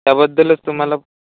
त्याबद्दलच तुम्हाला